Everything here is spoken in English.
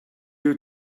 you